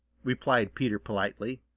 replied peter politely.